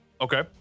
Okay